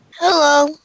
Hello